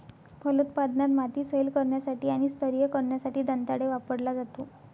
फलोत्पादनात, माती सैल करण्यासाठी आणि स्तरीय करण्यासाठी दंताळे वापरला जातो